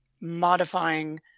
modifying